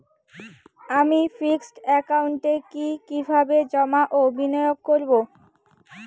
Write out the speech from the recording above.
আমি ফিক্সড একাউন্টে কি কিভাবে জমা ও বিনিয়োগ করব?